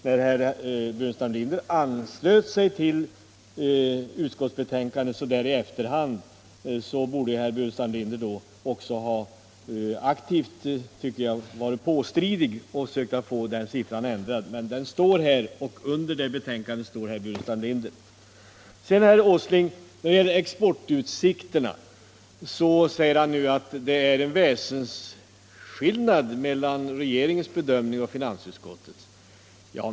När herr Burenstam Linder anslöt sig till utskottsbetänkandet så där i efterhand kunde han ju ha varit påstridig och sökt få den siffran ändrad, om den är fel, men den står där — och under betänkandet finns herr Burenstam Linders namn. När det gäller exportutsikterna säger herr Åsling att det är en väsensskillnad mellan regeringens bedömning och finansutskottets.